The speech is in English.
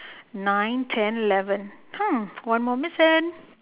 nine ten eleven !huh! one more missing